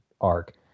arc